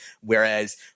whereas –